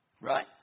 Right